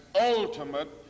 ultimate